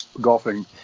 golfing